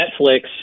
Netflix